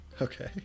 Okay